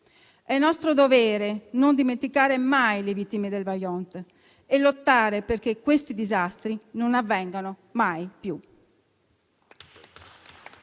È nostro dovere non dimenticare mai le vittime del Vajont e lottare perché disastri del genere non avvengano mai più.